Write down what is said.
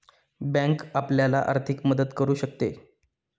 bank आपल्याला आर्थिक मदत करू शकते